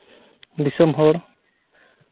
ᱫᱤᱥᱚᱢ ᱦᱚᱲ